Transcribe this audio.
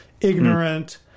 ignorant